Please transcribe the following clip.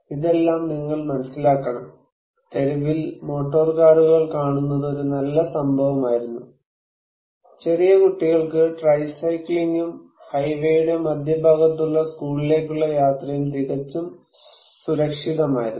ഇതെല്ലാം നിങ്ങൾ മനസിലാക്കണം തെരുവിൽ മോട്ടോർ കാറുകൾ കാണുന്നത് ഒരു നല്ല സംഭവമായിരുന്നു ചെറിയ കുട്ടികൾക്ക് ട്രൈസൈക്ലിംഗും ഹൈവേയുടെ മധ്യഭാഗത്തുള്ള സ്കൂളിലേക്കുള്ള യാത്രയും തികച്ചും സുരക്ഷിതമായിരുന്നു